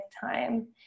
time